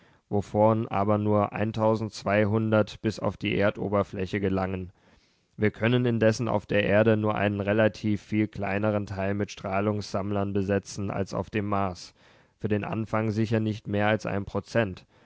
wovon aber nur bis auf die erdoberfläche gelangen wir können indessen auf der erde nur einen relativ viel kleineren teil mit strahlungssammlern besetzen als auf dem mars für den anfang sicher nicht mehr als ein prozent